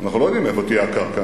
אנחנו לא יודעים איפה תהיה הקרקע,